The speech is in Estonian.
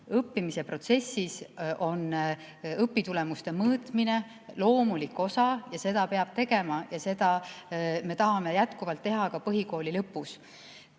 Õppimise protsessis on õpitulemuste mõõtmine loomulik osa ja seda peab tegema ja seda me tahame jätkuvalt teha ka põhikooli